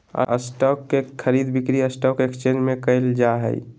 stock के खरीद बिक्री स्टॉक एकसचेंज में क़इल जा हइ